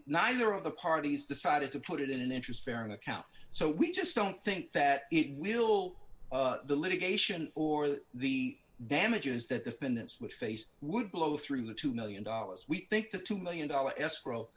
neither of the parties decided to put it in an interest bearing account so we just don't think that it will the litigation or that the damages that defendants which face would blow through the two million dollars we think the two million dollars escrow